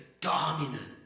dominant